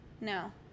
no